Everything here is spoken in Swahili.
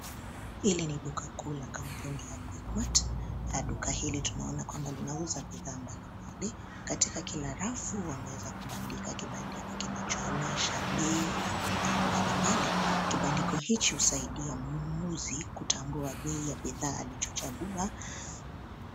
Hili ni duka kuu la kampuni ya QuickMart , na duka hili tunaona linauza bidhaa mbalimbali, katika kila rafu wameweza kubandika kibandiko kinachoonyesha bei ya bidhaa mbalimbali. Kibandiko hichi husaidia mnunuzi kutambua bei ya bidhaa alichochagua.